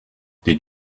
did